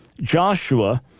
Joshua